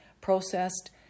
processed